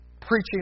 preaching